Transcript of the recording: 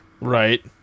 right